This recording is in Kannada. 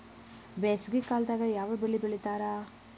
ಬ್ಯಾಸಗಿ ಕಾಲದಾಗ ಯಾವ ಬೆಳಿ ಬೆಳಿತಾರ?